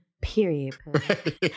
Period